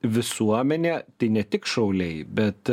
visuomenė tai ne tik šauliai bet